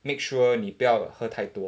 make sure 你不要喝太多